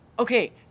Okay